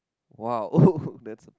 !wow! that's